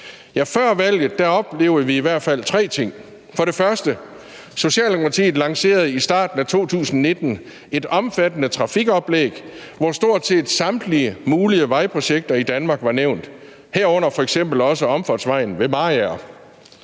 før valget oplevede vi i hvert fald tre ting. For det første lancerede Socialdemokratiet i starten af 2019 et omfattende trafikoplæg, hvor stort set samtlige mulige vejprojekter i Danmark var nævnt, herunder f.eks. også omfartsvejen ved Mariager.